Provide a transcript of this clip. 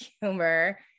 humor